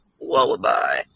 lullaby